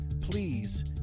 please